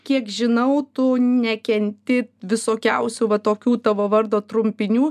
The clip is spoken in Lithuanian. kiek žinau tu nekenti visokiausių va tokių tavo vardo trumpinių